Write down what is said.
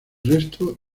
resto